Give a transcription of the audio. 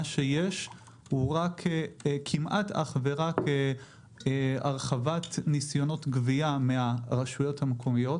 מה שיש הוא כמעט אך ורק הרחבה של ניסיונות גבייה מהרשויות המקומיות.